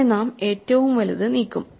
അങ്ങനെ നാം ഏറ്റവും വലുത് നീക്കും